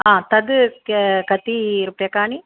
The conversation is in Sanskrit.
हा तद् क्य कति रूप्यकाणि